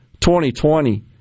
2020